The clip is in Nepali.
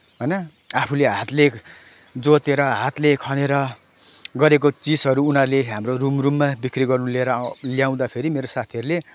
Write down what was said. होइन आफूले हातले जोतेर हातले खनेर गरेको चिजहरू उनीहरूले हाम्रो रूम रूममा बिक्री गर्न लिएर ल्याउँदाखेरि मेरा साथीहरूले